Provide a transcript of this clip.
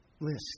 list